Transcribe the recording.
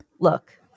Look